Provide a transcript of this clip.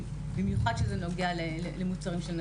במיוחד כשזה נוגע למוצרים של נשים.